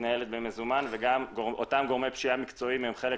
מתנהלת במזומן ואותם גורמי פשיעה מקצועיים הם חלק